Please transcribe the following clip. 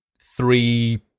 three